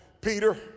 Peter